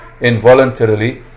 Involuntarily